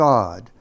God